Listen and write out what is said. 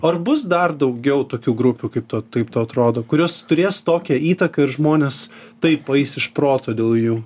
ar bus dar daugiau tokių grupių kaip tu kaip tau atrodo kurios turės tokią įtaką ir žmonės taip eis iš proto dėl jų